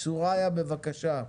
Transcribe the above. סוריא בבקשה.